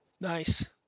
Nice